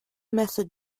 method